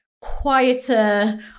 quieter